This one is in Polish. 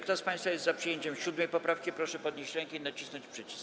Kto z państwa jest za przyjęciem 7. poprawki, proszę podnieść rękę i nacisnąć przycisk.